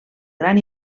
gran